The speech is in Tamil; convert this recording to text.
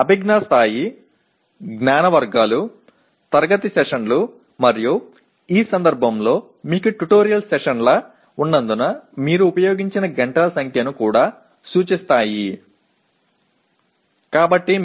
அறிவாற்றல் நிலை அறிவு பிரிவுகள் வகுப்பறை அமர்வுகள் மற்றும் இந்த விஷயத்தில் நீங்கள் டுடோரியல் அமர்வுகள் பயன்படுத்தப்பட்ட மணிநேரங்களின் எண்ணிக்கையையும் குறிக்கின்றன